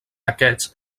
aquests